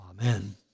Amen